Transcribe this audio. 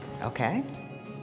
Okay